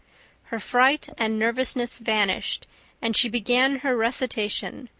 her fright and nervousness vanished and she began her recitation,